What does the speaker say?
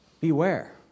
beware